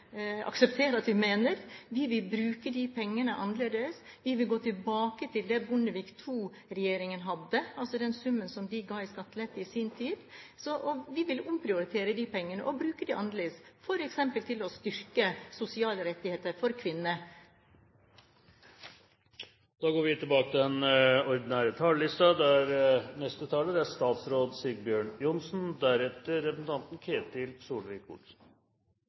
akseptere at vi mener. Vi vil bruke de pengene annerledes. Vi vil gå tilbake til den summen Bondevik II-regjeringen ga i skattelette i sin tid. Vi vil omprioritere de pengene – bruke dem annerledes – f.eks. til å styrke sosiale rettigheter for kvinner. Replikkordskiftet er omme. I kveldinga i går var jeg på avslutning for 10. klasse på Brumunddal ungdomsskole. Der var det 150 unge mennesker som var klare til